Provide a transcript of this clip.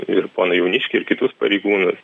ir poną jauniškį ir kitus pareigūnus